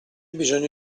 bisogno